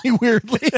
weirdly